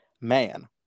man